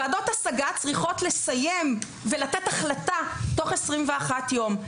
ועדות השגה צריכות לסיים ולתת החלטה תוך 21 יום.